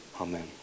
Amen